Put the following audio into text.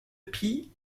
pie